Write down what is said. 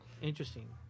Interesting